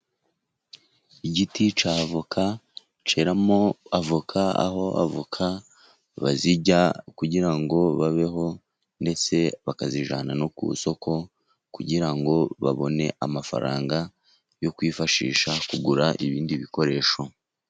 Igiti cy' avoka cyeramo avoka, aho avoka bazirya kugira ngo babeho ndetse bakazijyana no ku isoko kugira ngo babone amafaranga yo kwifashisha kugura ibindi bikoresho.